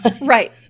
Right